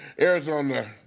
Arizona